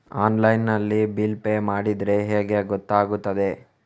Online ನಲ್ಲಿ bill pay ಮಾಡಿದ್ರೆ ಹೇಗೆ ಗೊತ್ತಾಗುತ್ತದೆ?